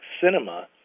cinema